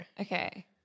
okay